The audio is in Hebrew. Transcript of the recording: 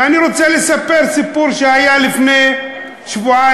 ואני רוצה לספר סיפור שהיה לפני שבועיים-שלושה: